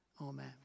amen